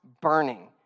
burning